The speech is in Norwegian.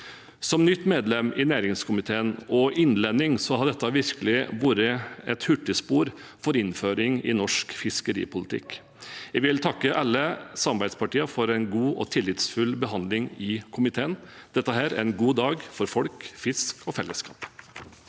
som nytt medlem i næringskomiteen og innlending har dette virkelig vært et hurtigspor for innføring i norsk fiskeripolitikk. Jeg vil takke alle samarbeidspartiene for en god og tillitsfull behandling i komiteen. Dette er en god dag for folk, fisk og fellesskap.